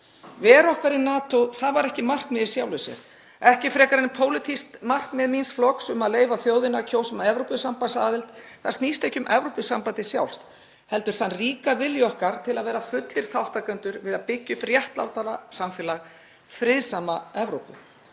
Vera okkar í NATO var ekki markmið í sjálfu sér, ekki frekar en að pólitískt markmið míns flokks um að leyfa þjóðinni að kjósa um Evrópusambandsaðild snýst ekki um Evrópusambandið sjálft heldur þann ríka vilja okkar til að vera fullir þátttakendur við að byggja upp réttlátara samfélag, friðsama Evrópu.